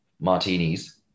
martinis